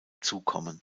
zukommen